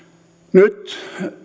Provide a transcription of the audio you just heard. nyt